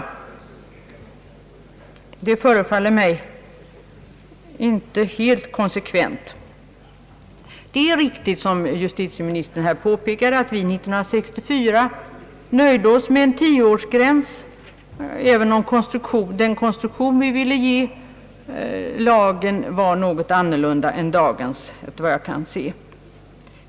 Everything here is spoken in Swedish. Resonemanget förefaller mig inte helt konsekvent. Det är riktigt som justitieministern här påpekade att vi år 1964 nöjde oss med en tioårsgräns, även om den konstruktion vi ville ge lagen var i någon mån en annan än dagens efter vad jag kan se.